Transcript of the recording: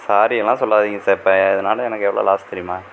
sorry எல்லாம் சொல்லாதீங்க sir இப்போ இதனால எனக்கு எவ்வளோ லாஸ் தெரியுமா